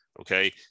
Okay